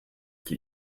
die